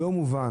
לא מובן.